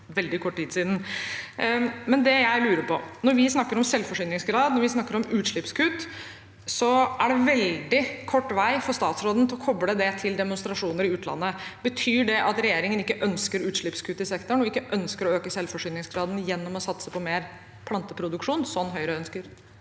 Jeg lurer på: Når vi snakker om selvforsyningsgrad og om utslippskutt, er det veldig kort vei for statsråden til å koble det til demonstrasjoner i utlandet. Betyr det at regjeringen ikke ønsker utslippskutt i sektoren og ikke ønsker å øke selvforsyningsgraden gjennom å satse på mer planteproduksjon, sånn Høyre ønsker?